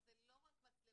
אז זה לא רק מצלמות